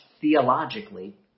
theologically